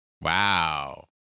wow